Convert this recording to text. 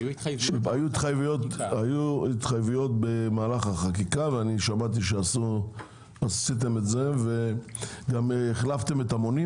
היו התחייבויות במהלך החקיקה ואני גם שמעתי שאתם בתהליך החלפת מונים